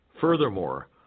Furthermore